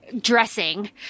dressing